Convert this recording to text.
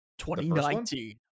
2019